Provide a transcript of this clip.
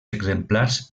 exemplars